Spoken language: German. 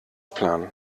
planen